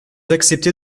acceptez